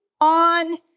on